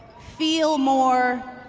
feel more,